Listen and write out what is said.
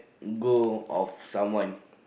go of someone